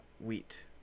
wheat